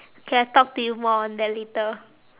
okay I talk to you more on that later